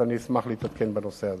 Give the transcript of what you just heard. אני אשמח להתעדכן בנושא הזה.